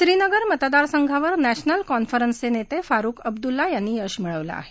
श्रीनगर मतदारसंघावर नॅशनल कॉन्फरन्सचे नेते फारुख अब्दुल्ला यांनी यश मिळवलं आहे